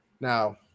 now –